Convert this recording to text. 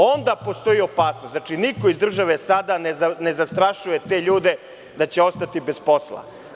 Onda postoji postoji opasnost, znači niko iz države sada ne zastrašuje te ljude da će ostati bez posla.